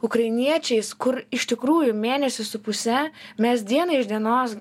ukrainiečiais kur iš tikrųjų mėnesį su puse mes dieną iš dienos